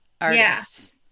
artists